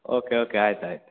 okay okay ಆಯ್ತು ಆಯ್ತು